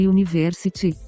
University